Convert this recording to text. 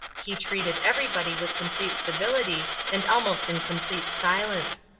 he treated everybody with complete civility and almost in complete silence.